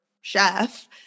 chef